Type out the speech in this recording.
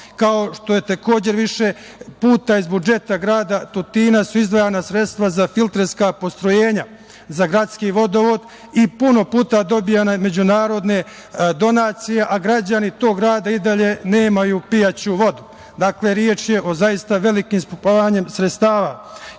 okom. Takođe, više puta iz budžeta grada Tutina su izdvajana sredstva za filterska postrojenja za gradski vodovod i puno puta su dobijane međunarodne donacije, a građani tog grada i dalje nemaju pijaću vodu. Dakle, reč je o zaista velikom ispumpavanju sredstava.